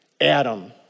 Adam